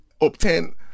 obtain